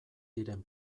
diren